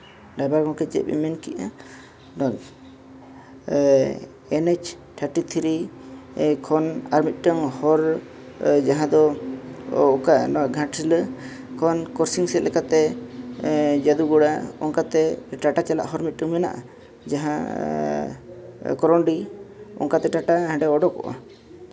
driver ᱜᱚᱢᱠᱮ ᱪᱮᱫ ᱵᱮᱱ ᱢᱮᱱ ᱠᱮᱜᱼᱟ ᱮᱱ ᱮᱭᱤᱪ ᱛᱷᱟᱨᱴᱤ ᱛᱷᱨᱤ ᱠᱷᱚᱱ ᱟᱨ ᱢᱤᱫᱴᱮᱱ ᱦᱚᱨ ᱡᱟᱦᱟᱸ ᱫᱚ ᱚᱠᱟ ᱚᱱᱟ ᱜᱷᱟᱴᱥᱤᱞᱟᱹ ᱠᱷᱚᱱ ᱯᱚᱥᱪᱤᱢ ᱥᱮᱫ ᱞᱮᱠᱟᱛᱮ ᱡᱟᱹᱫᱩ ᱜᱳᱲᱟ ᱚᱱᱠᱟᱛᱮ ᱴᱟᱴᱟ ᱪᱟᱟᱜ ᱦᱚᱨ ᱢᱤᱫᱴᱟᱱ ᱢᱮᱱᱟᱜᱼᱟ ᱡᱟᱦᱟᱸ ᱠᱚᱨᱚᱱᱰᱤ ᱚᱱᱠᱟᱛᱮ ᱴᱟᱴᱟ ᱩᱰᱩᱠᱚᱜᱼᱟ